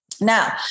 Now